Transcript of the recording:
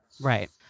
Right